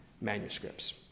manuscripts